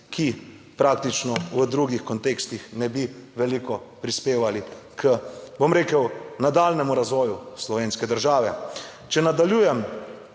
ki praktično v drugih kontekstih ne bi veliko prispevali k, bom rekel, nadaljnjemu razvoju slovenske države. Če nadaljujem,